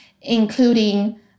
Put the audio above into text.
including